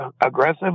aggressive